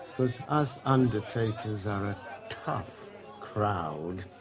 cos us undertakers are a tough crowd.